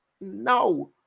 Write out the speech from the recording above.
no